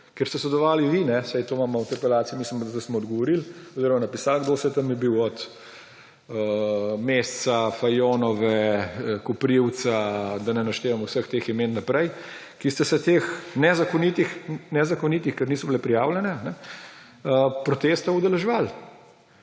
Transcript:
kjer ste sodelovali vi, saj to imamo v interpelaciji, mislim, da smo zdaj odgovorili oziroma napisali, kdo vse je tam bil, od Mesca, Fajonove, Koprivca, da ne naštevam vseh teh imen naprej, ki ste se teh nezakonitih − nezakonitih, ker niso bile prijavljene − protestov udeleževali.